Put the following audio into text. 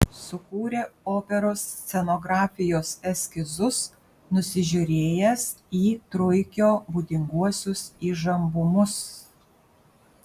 sukūrė operos scenografijos eskizus nusižiūrėjęs į truikio būdinguosius įžambumus